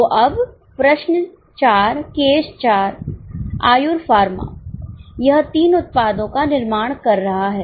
तो अब प्रश्न 4 केस 4 आयुर फार्मा यह 3 उत्पादों का निर्माण कर रहा है